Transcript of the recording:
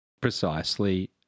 Precisely